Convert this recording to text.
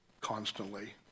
constantly